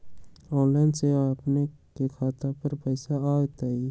Online से अपने के खाता पर पैसा आ तई?